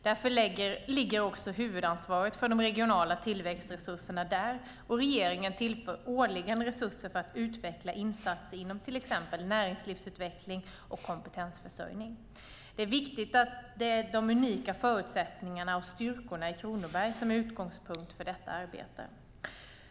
Därför ligger också huvudansvaret för de regionala tillväxtresurserna där och regeringen tillför årligen resurser för att utveckla insatser inom till exempel näringslivsutveckling och kompetensförsörjning. Det är viktigt att det är de unika förutsättningarna och styrkorna i Kronoberg som är utgångspunkt för detta arbete.